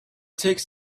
takes